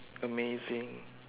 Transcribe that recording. amazing